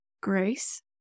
grace